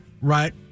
right